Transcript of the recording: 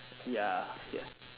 ya yeah